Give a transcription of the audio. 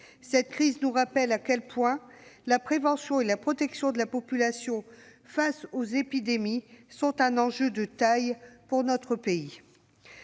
Cette crise nous rappelle à quel point la prévention et la protection de la population face aux épidémies sont un enjeu de taille pour notre pays.